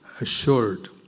Assured